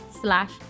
slash